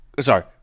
Sorry